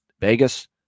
Vegas